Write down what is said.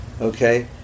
okay